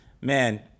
man